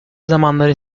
zamanları